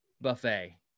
buffet